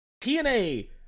TNA